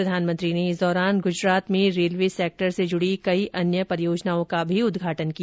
प्रधानमंत्री ने इस दौरान गुजरात में रेलवे सेक्टर से जुड़ी कई अन्य परियोजनाओं का भी उद्घाटन भी किया